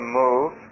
move